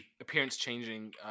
Appearance-changing